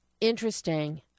interesting